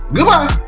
Goodbye